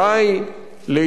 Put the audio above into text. לעתים אנחנו חוששים,